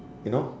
you know